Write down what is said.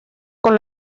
con